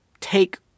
take